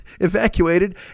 evacuated